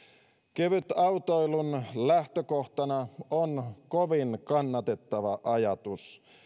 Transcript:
kevytautoilun lähtökohtana on kovin kannatettava ajatus